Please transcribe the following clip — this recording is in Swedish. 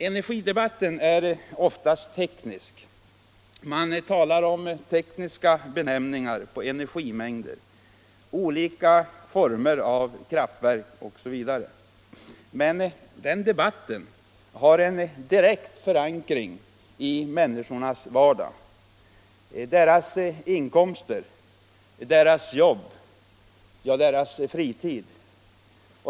Energidebatten är oftast teknisk: man talar om tekniska benämningar på energimängder, olika former av kraftverk osv. Men den debatten har en direkt förankring i människornas vardag — deras inkomster, deras jobb, deras fritid.